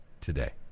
today